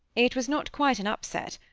it was not quite an upset.